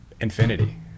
infinity